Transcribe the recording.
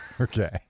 Okay